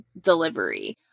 delivery